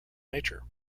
nature